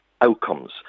outcomes